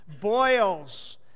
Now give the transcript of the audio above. boils